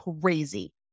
crazy